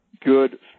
good